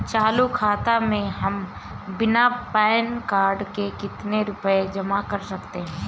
चालू खाता में हम बिना पैन कार्ड के कितनी रूपए जमा कर सकते हैं?